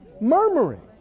Murmuring